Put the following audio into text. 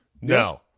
no